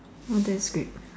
oh that's great